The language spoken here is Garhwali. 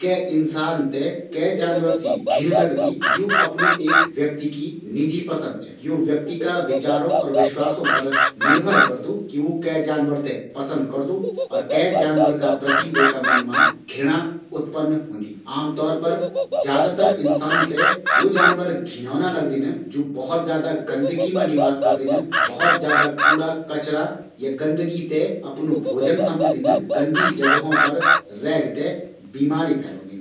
के इंसान ते कै जानवर सी घिन लगदी यु वे की निजी पसंद च, ज्यादातर लोग वू जानवरो ते पसंद नी करदिन जु बहुत ज्यादा गंदगी मा निवास करदिन या कचरा खांदिन